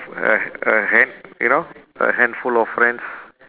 a a hand you know a handful of friends